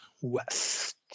west